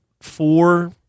four